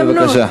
בבקשה.